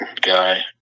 guy